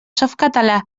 softcatalà